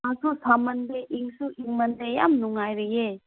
ꯁꯥꯁꯨ ꯁꯥꯃꯟꯗꯦ ꯏꯪꯁꯨ ꯏꯪꯃꯟꯗꯦ ꯌꯥꯝ ꯅꯨꯡꯉꯥꯏꯔꯤꯌꯦ